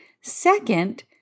Second